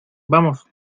vamos